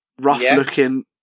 rough-looking